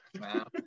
Wow